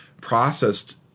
processed